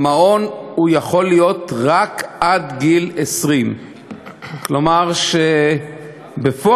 במעון הוא יכול להיות רק עד גיל 20. כלומר, בפועל,